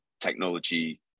technology